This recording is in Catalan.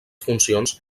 funcions